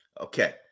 Okay